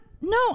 No